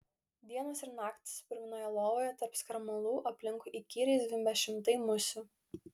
dienos ir naktys purvinoje lovoje tarp skarmalų aplinkui įkyriai zvimbia šimtai musių